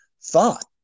thought